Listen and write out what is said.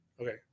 Okay